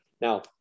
Now